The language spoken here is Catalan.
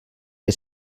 que